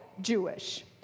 Jewish